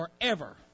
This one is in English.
forever